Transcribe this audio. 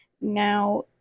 Now